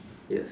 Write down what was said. yes